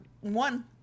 one